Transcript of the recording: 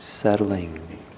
Settling